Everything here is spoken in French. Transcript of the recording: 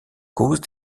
cause